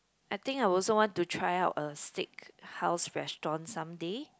I think I also want to try out a steak house restaurant some day